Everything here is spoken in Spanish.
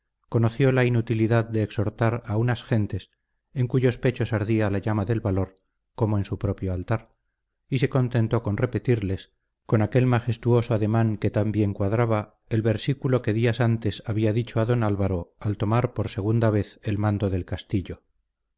conoció la inutilidad de exhortar a unas gentes en cuyos pechos ardía la llama del valor como en su propio altar y se contentó con repetirles con aquel majestuoso ademán que tan bien cuadraba el versículo que días antes había dicho a don álvaro al tomar por segunda vez el mando del castillo